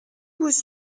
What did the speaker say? was